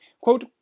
Quote